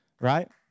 Right